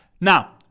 Now